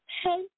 Hey